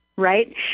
right